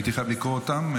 הייתי חייב לקרוא אותם,